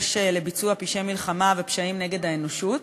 לביצוע פשעי מלחמה ופשעים נגד האנושות.